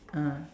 ah